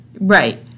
Right